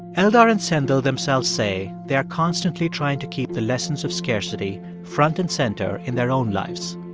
eldar and sendhil themselves say they are constantly trying to keep the lessons of scarcity front and center in their own lives.